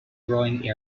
growing